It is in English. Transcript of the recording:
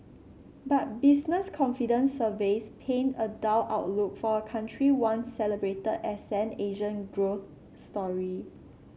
but business confidence surveys paint a dull outlook for a country once celebrated as an Asian growth story